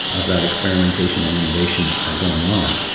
of that experimentation and innovation going on.